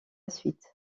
suite